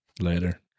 later